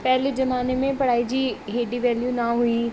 पहले ज़माने में पढ़ाई जी हेॾी वेल्यू न हुई